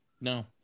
No